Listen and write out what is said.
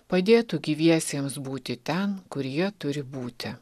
padėtų gyviesiems būti ten kur jie turi būti